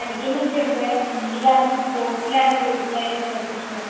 പഠിക്കുന്നതൊക്കെയുണ്ട് എന്നിരുന്നാലും അവൻ സ്പോർട്സിലാണ് കൂടുതലായിട്ടും ശ്രദ്ധിക്കുന്നത്